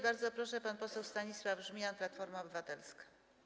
Bardzo proszę, pan poseł Stanisław Żmijan, Platforma Obywatelska.